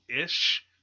ish